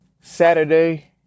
saturday